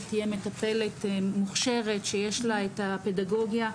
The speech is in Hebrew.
תהיה מטפלת מוכשרת שיש לה את הפדגוגיה,